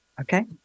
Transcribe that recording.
Okay